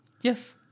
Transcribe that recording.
Yes